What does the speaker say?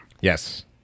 Yes